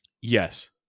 Yes